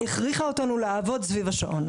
הכריחה אותנו לעבוד סביב השעון.